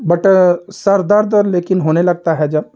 but सर दर्द और लेकिन होने लगता है जब